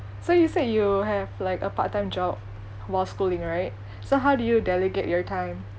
so you said you have like a part time job while schooling right so how do you delegate your time